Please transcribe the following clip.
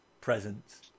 presence